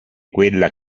quella